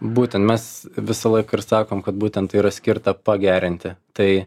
būtent mes visą laiką ir sakom kad būtent tai yra skirta pagerinti tai